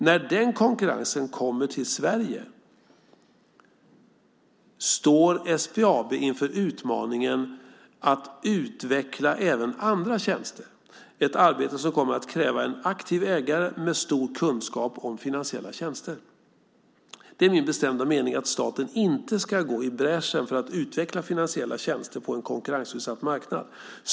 När den konkurrensen kommer till Sverige står SBAB inför utmaningen att utveckla även andra tjänster - ett arbete som kommer att kräva en aktiv ägare med stor kunskap om finansiella tjänster. Det är min bestämda mening att staten inte ska gå i bräschen för att utveckla finansiella tjänster på en konkurrensutsatt marknad.